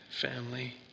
family